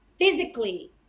physically